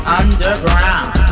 underground